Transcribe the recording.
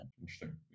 Interesting